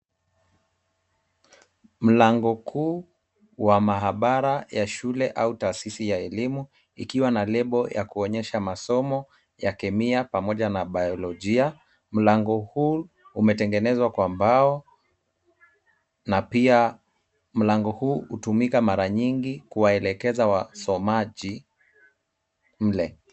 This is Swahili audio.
Mlango kuu wa mahabara ya shule au taasisi ya elimu ikiwa na lebo ya kuonyesha masomo ya kemia pamoja biolojia. Mlango huu umetengenezwa kwa mbao na pia mlango huu hutumika mara nyingi kuwaelekeza wasomaji mle.